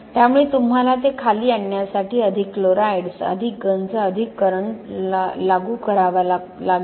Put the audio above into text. त्यामुळे तुम्हाला ते खाली आणण्यासाठी अधिक क्लोराईड्स अधिक गंज अधिक करंट लागू करावा लागेल